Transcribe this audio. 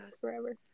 forever